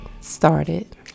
started